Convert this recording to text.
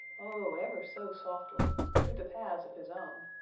oh, ever so softly, through the paths of his own,